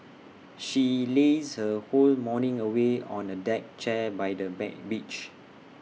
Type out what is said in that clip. she lazed her whole morning away on A deck chair by the bed beach